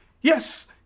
Yes